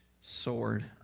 sword